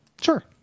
sure